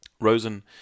Rosen